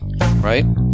right